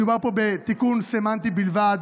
מדובר פה בתיקון סמנטי בלבד,